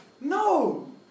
No